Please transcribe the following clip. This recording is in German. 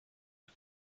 und